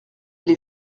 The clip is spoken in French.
les